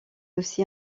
aussi